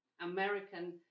American